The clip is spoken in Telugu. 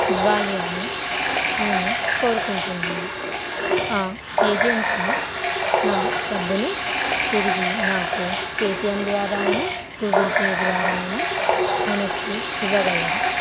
ఇవ్వాలి అని నేను కోరుకుంటున్నాను ఆ ఏజెన్సీ నా డబ్బుని తిరిగి నాకు పేటీఎం ద్వారా అయినా గూగుల్ పే ద్వారా అయినా వెనక్కి ఇవ్వగలరు